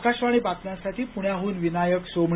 आकाशवाणी बातम्यांसाठी पुण्याहन विनायक सोमणी